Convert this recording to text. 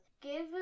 give